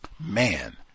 man